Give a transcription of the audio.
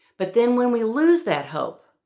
but then when we lose that hope,